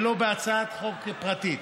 ולא בהצעת חוק פרטית.